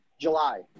july